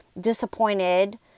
disappointed